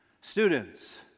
students